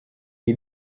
lhe